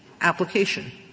application